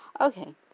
Okay